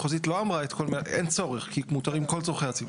אין צורך כי מותרים כל צורכי הציבור.